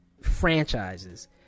franchises